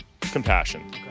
compassion